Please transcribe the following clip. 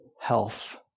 health